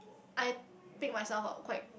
I pick myself up quite